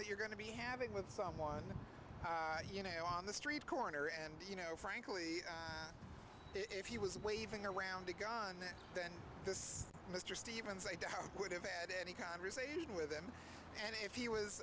that you're going to be having with someone you know on the street corner and you know frankly if he was waving around a gun then this mr stevens i doubt would have had any conversation with him and if he was